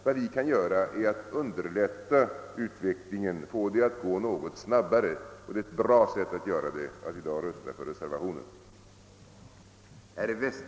Vad vi kan göra är att underlätta utvecklingen och få den att gå något snabbare, och ett bra sätt att göra detta är att i dag rösta för reservationen 1.